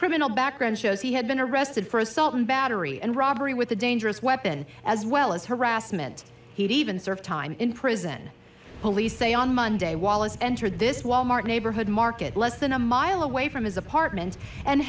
criminal background shows he had been arrested for assault and battery and robbery with a dangerous weapon as well as harassment he'd even served time in prison police say on monday wallace entered this wal mart neighborhood market less than a mile away from his apartment and